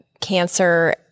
cancer